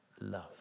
love